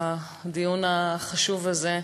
בדיון החשוב הזה.